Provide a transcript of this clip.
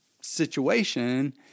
situation